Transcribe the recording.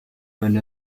well